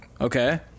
Okay